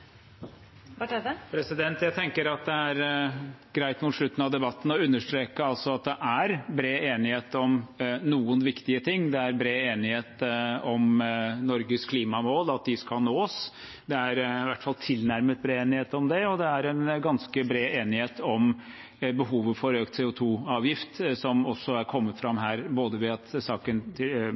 å understreke at det altså er bred enighet om noen viktige ting. Det er bred enighet om Norges klimamål, at de skal nås, det er i hvert fall tilnærmet bred enighet om det, og det er ganske bred enighet om behovet for økt CO 2 -avgift, som også er kommet fram her, både ved at saken